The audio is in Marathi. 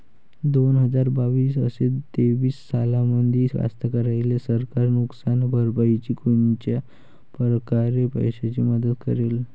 दोन हजार बावीस अस तेवीस सालामंदी कास्तकाराइले सरकार नुकसान भरपाईची कोनच्या परकारे पैशाची मदत करेन?